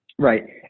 Right